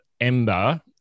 ember